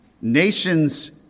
nations